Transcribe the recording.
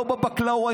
לא בבקלאווה,